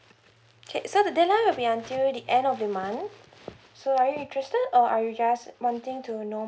okay so the dateline will be until the end of the month so are you interested or are you just wanting to know